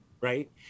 right